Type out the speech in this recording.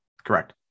Correct